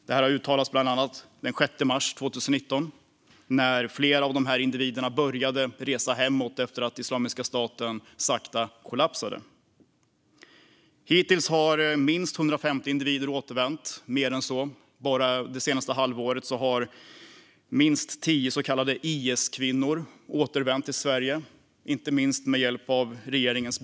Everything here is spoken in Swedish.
Detta uttalades bland annat den 6 mars 2019 när flera av dessa individer började resa hemåt efter att Islamiska staten sakta börjat kollapsa. Hittills har minst 150 individer återvänt. Bara det senaste halvåret har minst tio så kallade IS-kvinnor återvänt till Sverige med bistånd av regeringen.